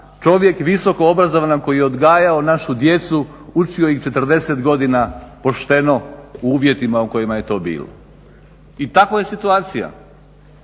čovjek visokoobrazovan koji je odgajao našu djecu, učio ih 40 godina pošteno u uvjetima u kojima je to bilo. I takva je situacija.